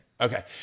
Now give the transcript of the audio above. Okay